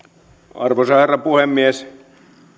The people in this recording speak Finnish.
arvoisa herra puhemies